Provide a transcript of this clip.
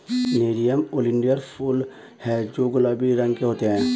nerium oleander फूल हैं जो गुलाबी रंग के होते हैं